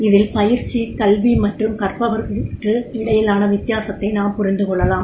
இதில் பயிற்சி கல்வி மற்றும் கற்பவர்களுக்கு இடையிலான வித்தியாசத்தை நாம் புரிந்துகொள்ளலாம்